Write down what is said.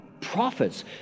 prophets